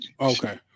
okay